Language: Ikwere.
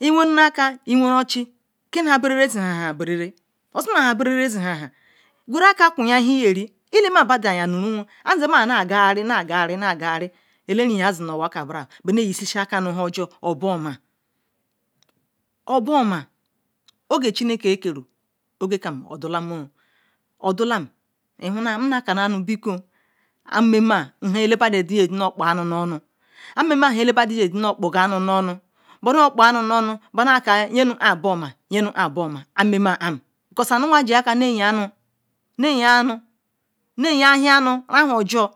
iwenrunne ochi wenrun aker ozima han barara zino owa guru aker kwuhia nhan nu yeri izemma na gari nagari elariyin zinnu owaka nne ishi aker nu hunjor obanna oge chineke keru oddo lam odolam ihuma anmema han elabodon yin jinu kpoan nu onu banna kal ye nu am bomma ye nu bomma because anu wa ji ahan nu nneyin ahenu ran hawonjor